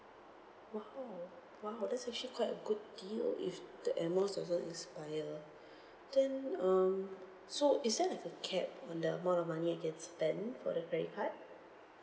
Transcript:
!wow! !wow! that's actually quite a good deal if the air miles doesn't expire then um so is there like a cap on the amount of money I can spend for the credit card